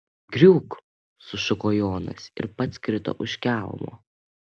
griūk sušuko jonas ir pats krito už kelmo